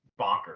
bonkers